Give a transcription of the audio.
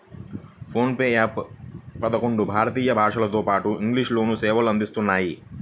phone pay app పదకొండు భారతీయ భాషలతోపాటు ఇంగ్లీష్ లోనూ సేవలు అందిస్తున్నాయి